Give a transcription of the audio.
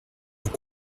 vous